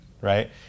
right